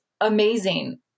amazing